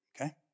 okay